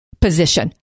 position